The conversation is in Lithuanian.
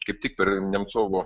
kaip tik per nemcovo